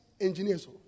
Engineers